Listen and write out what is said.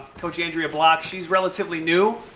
coach andrea block, she's relatively new,